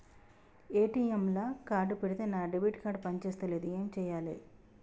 ATM లా card పెడితే నా డెబిట్ కార్డ్ పని చేస్తలేదు ఏం చేయాలే?